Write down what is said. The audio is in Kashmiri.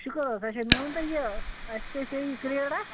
شُکر حظ اچھا مےٚ ؤنۍ تو یہِ اَسہِ کٔۍ پے یہِ کرٛیڈ اَکھ